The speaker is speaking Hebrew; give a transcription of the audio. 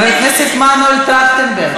חבר הכנסת מנואל טרכטנברג,